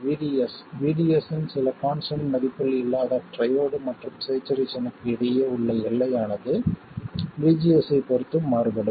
VDS VDS இன் சில constant மதிப்பில் இல்லாத ட்ரையோட் மற்றும் சேச்சுரேஷன்க்கு இடையே உள்ள எல்லையானது VGS ஐப் பொறுத்து மாறுபடும்